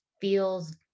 feels